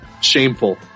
shameful